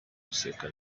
guseka